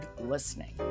listening